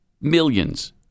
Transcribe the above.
millions